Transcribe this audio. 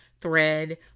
thread